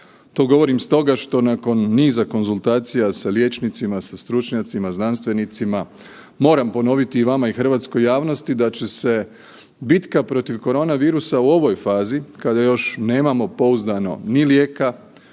To govorim stoga što nakon niza konzultacija sa liječnicima, sa stručnjacima, znanstvenicima, moram ponoviti i vama i hrvatskoj javnosti da će se bitka protiv koronavirusa u ovoj fazi kada još nemamo pouzdano ni lijeka,